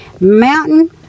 Mountain